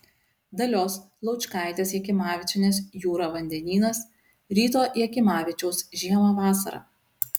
dalios laučkaitės jakimavičienės jūra vandenynas ryto jakimavičiaus žiemą vasarą